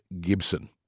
Gibson